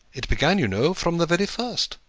it began, you know, from the very first.